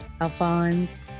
Alphonse